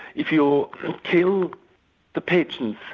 if you kill the pigeons,